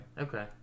Okay